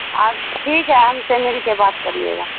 آپ ٹھیک ہے ہم سے مل کے بات کریے گا